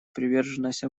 приверженность